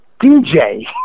DJ